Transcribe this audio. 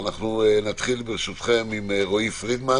נתחיל עם רועי פרידמן